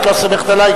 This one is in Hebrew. את לא סומכת עלי?